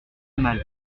animale